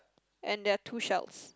and there're two shells